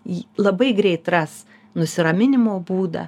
ji labai greit ras nusiraminimo būdą